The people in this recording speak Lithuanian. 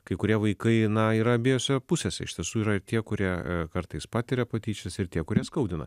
kai kurie vaikai na yra abiejose pusėse iš tiesų yra tie kurie kartais patiria patyčias ir tie kurie skaudina